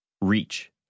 Reach